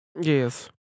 Yes